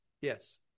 Yes